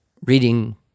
reading